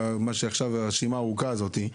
והרשימה הארוכה הזאת,